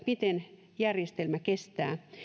miten järjestelmä kestää